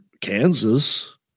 Kansas